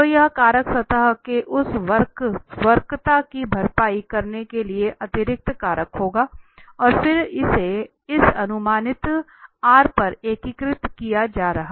तो यह कारक सतह के उस वक्रता की भरपाई करने के लिए अतिरिक्त कारक होगा और फिर इसे इस अनुमानित R पर एकीकृत किया जा रहा है